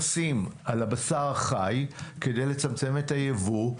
מכסים על הבשר החי, כדי לצמצם את היבוא.